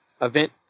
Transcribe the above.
event